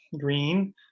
green